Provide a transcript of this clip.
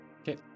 Okay